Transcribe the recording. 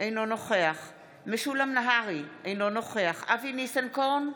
אינו נוכח משולם נהרי, אינו נוכח אבי ניסנקורן,